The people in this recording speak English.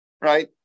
right